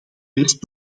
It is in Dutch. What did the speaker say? best